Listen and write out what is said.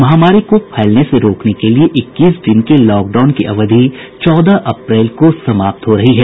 महामारी को फैलने से रोकने के लिए इक्कीस दिन के लॉकडाउन की अवधि चौदह अप्रैल को समाप्त हो रही है